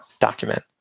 document